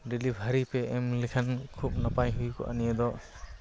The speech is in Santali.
ᱰᱮᱞᱤᱵᱷᱟᱨᱤᱯᱮ ᱮᱢ ᱞᱮᱠᱷᱟᱱ ᱠᱷᱩᱵ ᱱᱟᱯᱟᱭ ᱦᱩᱭᱠᱚᱜᱼᱟ ᱱᱤᱭᱟᱹᱫᱚ